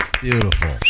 Beautiful